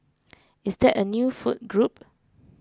is that a new food group